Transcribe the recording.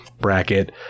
bracket